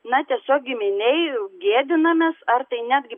na tiesiog giminėj gėdinamės ar tai netgi